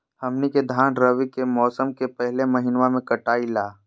हमनी के धान रवि के मौसम के पहले महिनवा में कटाई ला